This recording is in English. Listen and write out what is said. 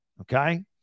Okay